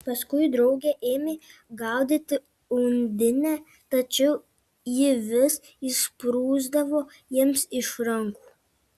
paskui drauge ėmė gaudyti undinę tačiau ji vis išsprūsdavo jiems iš rankų